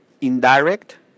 indirect